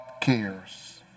cares